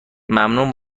ممنون